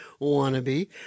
wannabe